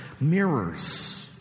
mirrors